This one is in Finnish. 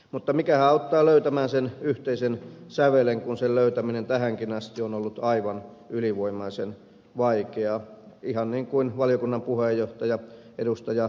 mutta mikähän auttaa löytämään sen yhteisen sävelen kun sen löytäminen tähänkin asti on ollut aivan ylivoimaisen vaikeaa ihan niin kuin valiokunnan puheenjohtaja ed